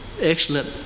excellent